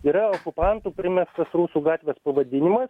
yra okupantų primestas rusų gatvės pavadinimas